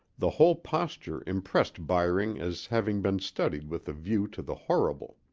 the whole posture impressed byring as having been studied with a view to the horrible.